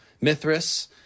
Mithras